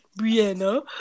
Brianna